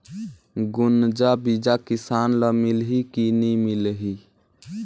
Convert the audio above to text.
गुनजा बिजा किसान ल मिलही की नी मिलही?